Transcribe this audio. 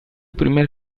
primer